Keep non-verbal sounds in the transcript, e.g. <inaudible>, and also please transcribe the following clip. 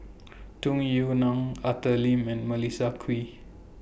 <noise> Tung Yue Nang Arthur Lim and Melissa Kwee